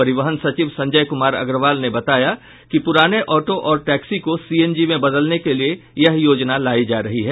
परिवहन सचिव संजय कुमार अग्रवाल ने बताया कि पुराने ऑटो और टैक्सी को सीएनजी में बदलने के लिये यह योजना लायी जा रही है